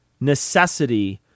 necessity